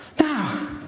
Now